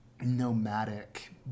nomadic